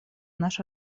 наш